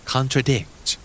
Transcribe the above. Contradict